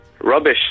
Rubbish